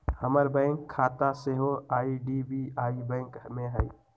हमर बैंक खता सेहो आई.डी.बी.आई बैंक में हइ